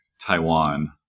Taiwan